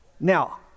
Now